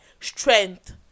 strength